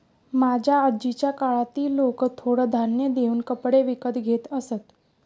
माझ्या आजीच्या काळात ती लोकं थोडं धान्य देऊन कपडे विकत घेत असत